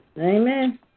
amen